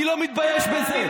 אני לא מתבייש בזה.